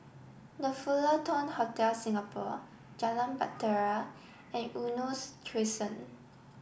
The Fullerton Hotel Singapore Jalan Bahtera and Eunos Crescent